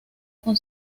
con